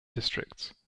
districts